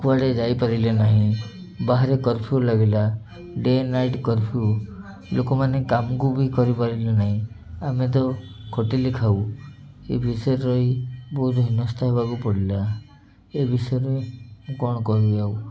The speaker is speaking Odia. କୁଆଡ଼େ ଯାଇପାରିଲେ ନାହିଁ ବାହାରେ କର୍ଫ୍ୟୁ ଲାଗିଲା ଡେ ନାଇଟ୍ କର୍ଫ୍ୟୁ ଲୋକମାନେ କାମକୁ ବି କରିପାରିଲେ ନାହିଁ ଆମେ ତ ଖଟିଲେ ଖାଉ ଏ ବିଷୟ ରହି ବହୁତ ହୀନସ୍ତତା ହେବାକୁ ପଡ଼ିଲା ଏ ବିଷୟରେ ମୁଁ କ'ଣ କହିବି ଆଉ